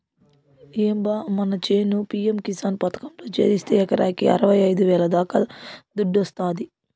ఏం బా మన చేను పి.యం కిసాన్ పథకంలో చేరిస్తే ఎకరాకి అరవైఐదు వేల దాకా దుడ్డొస్తాది